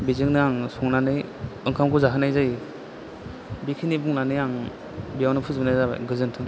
बेजोंनो आं संनानै ओंखामखौ जाहोनाय जायो बेखिनि बुंनानै आं बेयावनो फोजोबनाय जाबाय गोजोन्थों